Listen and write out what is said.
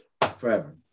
forever